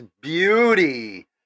beauty